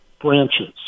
branches